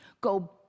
go